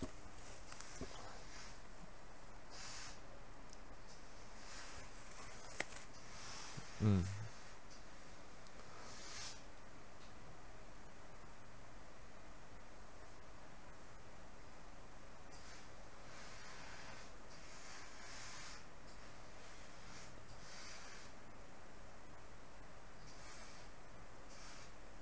mm